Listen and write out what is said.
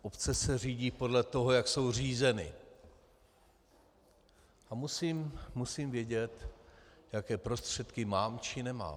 Obce se řídí podle toho, jak jsou řízeny, a musím vědět, jaké prostředky mám či nemám.